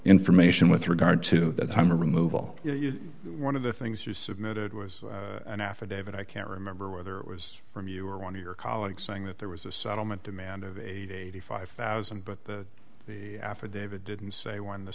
information with regard to that time or removal one of the things you submitted was an affidavit i can't remember whether it was from you or one of your colleagues saying that there was a settlement demand of eighty five thousand but the affidavit didn't say when the